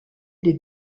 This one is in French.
des